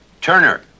Turner